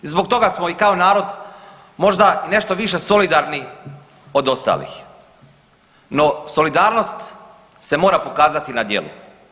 I zbog toga smo i kao narod možda i nešto više solidarni od ostalih, no solidarnost se mora pokazati na djelu.